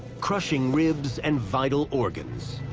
crushing ribs and vital organs.